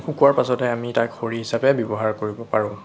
শুকোৱাৰ পাছতহে আমি তাক খৰি হিচাবে ব্যৱহাৰ কৰিব পাৰোঁ